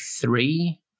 three